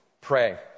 pray